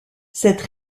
cette